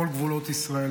בכל גבולות ישראל.